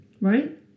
Right